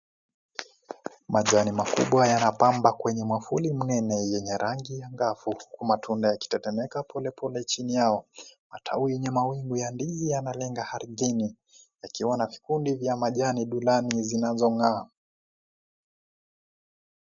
Majani makubwa yanabamba kwenye mwavuli mnene yenye rangi ya ngavu, huku matunda yakitetemeka chini polepole chini yao, matawi yenye mawingu ya ndizi yanalenga ardhini, yakiwa na vikundi vya majani dhurami zinazong'aa.